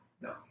No